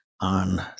on